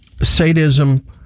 sadism